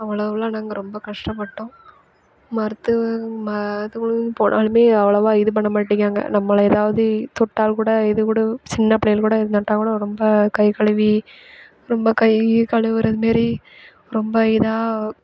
அவ்ளோ எல்லாம் நாங்கள் ரொம்ப கஷ்டப்பட்டோம் மருத்துவ மருத்துவமனைக்கு போனாலுமே அவ்வளோவா இது பண்ண மாட்டிக்காங்க நம்பளை எதாவது தொட்டால் கூட இது கூட சின்ன பிள்ளைங்களுக்கு கூட தொட்டால் கூட ரொம்ப கை கழுவி ரொம்ப கை கழுவுறது மாதிரி ரொம்ப இதாக